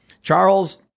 Charles